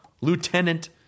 Lieutenant